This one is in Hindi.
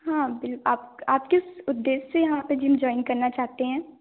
हाँ आप आप किस उद्देश्य से यहाँ जिम जॉइन करना चाहते हैं